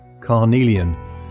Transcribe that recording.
Carnelian